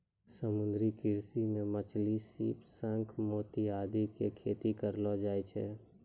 समुद्री कृषि मॅ मछली, सीप, शंख, मोती आदि के खेती करलो जाय छै